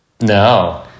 No